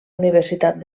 universitat